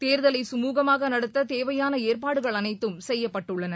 தேர்தலை சுமூகமாக நடத்த தேவையான ஏற்பாடுகள் அனைத்தும் செய்யப்பட்டுள்ளன